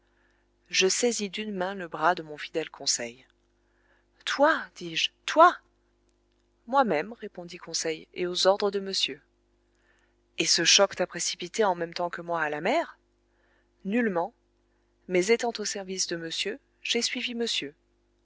je saisis d'une main le bras de mon fidèle conseil toi dis-je toi moi-même répondit conseil et aux ordres de monsieur et ce choc t'a précipité en même temps que moi à la mer nullement mais étant au service de monsieur j'ai suivi monsieur